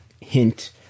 hint